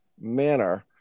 manner